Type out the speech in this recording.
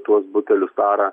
tuos butelius tarą